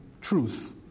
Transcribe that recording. truth